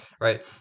right